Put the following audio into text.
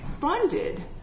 funded